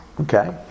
Okay